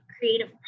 creative